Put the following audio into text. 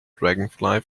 dragonfly